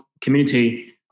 community